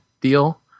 deal